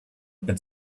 but